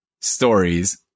stories